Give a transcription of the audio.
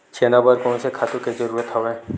चना बर कोन से खातु के जरूरत हवय?